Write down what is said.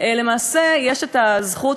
למעשה יש זכות,